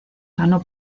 ganó